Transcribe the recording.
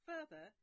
Further